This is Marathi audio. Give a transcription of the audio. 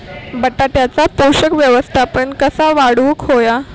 बटाट्याचा पोषक व्यवस्थापन कसा वाढवुक होया?